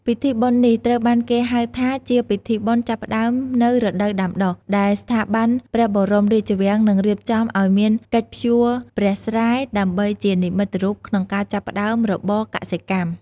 ពិធីបុណ្យនេះត្រូវបានគេហៅថា ជាពិធីបុណ្យចាប់ផ្ដើមនូវរដូវដាំដុះ ដែលស្ថាប័នព្រះបរមរាជវាំងនឹងរៀបចំឱ្យមានកិច្ចភ្ជួរព្រះស្រែដើម្បីជានិមិត្តរូបក្នុងការចាប់ផ្ដើមរបរកសិកម្ម។